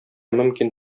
мөмкин